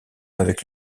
avec